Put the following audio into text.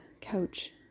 couch